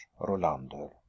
Rolander